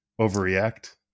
overreact